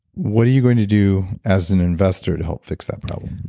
what are you going to do as an investor to help fix that problem?